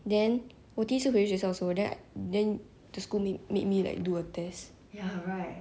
then 我第一次回学校的时候 that then the school made me like do a test